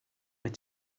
wyt